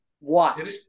watch